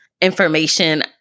information